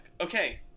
Okay